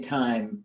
time